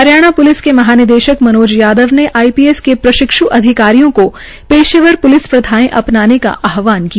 Haryana police के महानिदेशक मनोज यादव ने आई पी एस के प्रशिक्षु अधिकारियो को पेशेवर प्लिस प्रथायें अपनाने का आहवान किया